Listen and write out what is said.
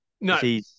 No